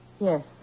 Yes